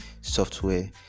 software